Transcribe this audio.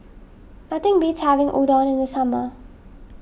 nothing beats having Udon in the summer